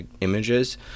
images